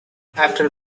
after